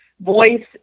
voice